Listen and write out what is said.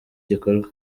gikorwa